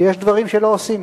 שיש דברים שלא עושים.